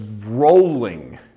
rolling